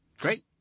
Great